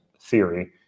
theory